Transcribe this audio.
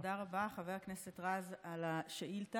תודה רבה, חבר הכנסת רז, על השאילתה.